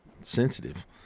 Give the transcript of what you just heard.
sensitive